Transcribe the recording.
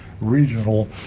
Regional